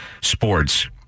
sports